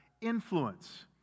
influence